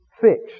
fixed